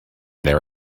there